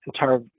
entire